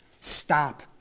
stop